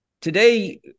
today